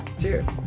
Cheers